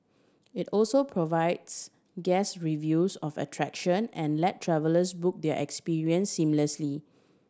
it also provides guest reviews of attraction and let travellers book their experience seamlessly